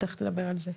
ותיכף נדבר על זה.